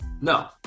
No